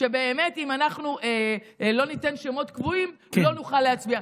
שאם אנחנו לא ניתן שמות קבועים לא נוכל להצביע.